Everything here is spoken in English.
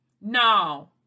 No